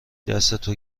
دستتو